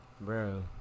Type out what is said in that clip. Bro